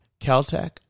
Caltech